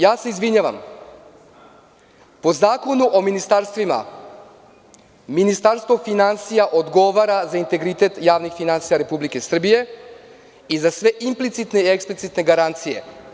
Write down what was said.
Ja se izvinjavam, po Zakonu o ministarstvima, Ministarstvo finansija odgovara za integritet javnih finansija Republike Srbije i za sve implicitne i eksplicitne garancije.